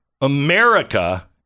America